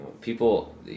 people